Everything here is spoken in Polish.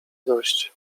dość